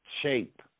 shape